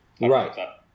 Right